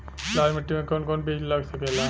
लाल मिट्टी में कौन कौन बीज लग सकेला?